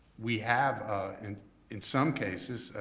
we have, ah and in some cases,